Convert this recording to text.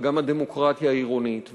וגם הדמוקרטיה העירונית,